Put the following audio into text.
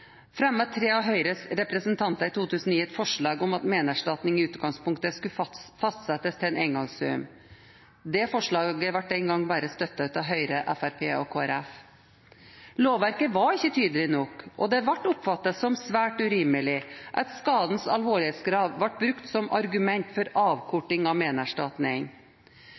tre av Høyres representanter i 2009 et forslag om at menerstatning i utgangspunktet skulle fastsettes til en engangssum. Det forslaget ble den gangen bare støttet av Høyre, Fremskrittspartiet og Kristelig Folkeparti. Lovverket var ikke tydelig nok, og det ble oppfattet som svært urimelig at skadens alvorlighetsgrad ble brukt som argument for avkortning av menerstatning.